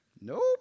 Nope